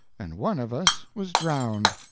and one of us was drowned.